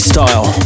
Style